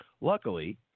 luckily